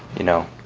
you know.